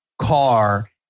car